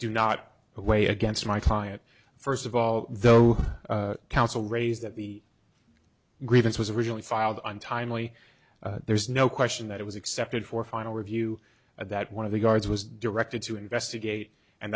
do not weigh against my client first of all though counsel raised that the grievance was originally filed on timely there's no question that it was accepted for final review that one of the guards was directed to investigate and